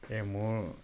এই মোৰ